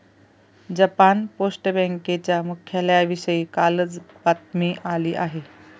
Japan Post बँकेच्या मुख्यालयाविषयी कालच बातमी आली आहे